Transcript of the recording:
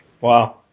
Wow